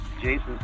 Jason